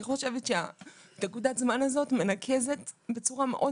אני חושבת שנקודת הזמן הזאת מנקזת בצורה מאוד